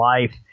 life